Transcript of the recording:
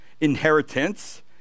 inheritance